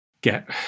get